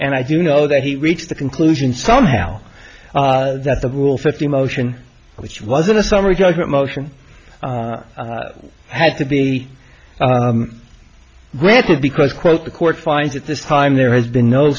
and i do know that he reached the conclusion somehow that the rule fifty motion which was a summary judgment motion had to be granted because quote the court finds at this time there has been no